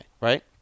right